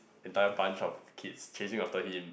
entire bunch of kids chasing after him